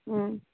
ம்